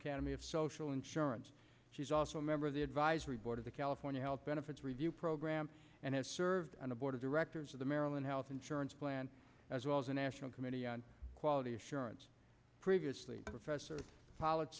academy of social insurance she's also a member of the advisory board of the california health benefits review program and has served on the board of directors of the maryland health insurance plan as well as a national committee on quality assurance previously professor